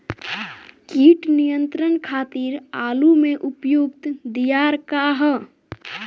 कीट नियंत्रण खातिर आलू में प्रयुक्त दियार का ह?